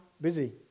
busy